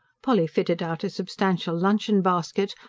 polly fitted out a substantial luncheon-basket,